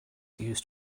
used